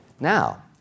Now